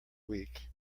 week